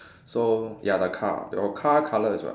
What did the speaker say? so ya the car your car colour is what